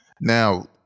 Now